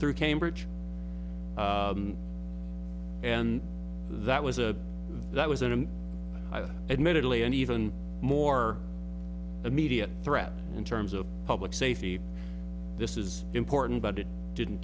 through cambridge and that was a that was in him admittedly an even more immediate threat in terms of public safety this is important but it didn't